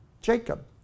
Jacob